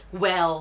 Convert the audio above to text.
well